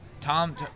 Tom